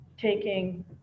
taking